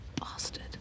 bastard